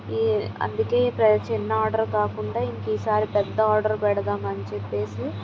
ఈ అందుకే ఈ చిన్న ఆర్డర్ కాకుండా ఇంక ఈసారి పెద్ద ఆర్డర్ పెడదామని చెప్పి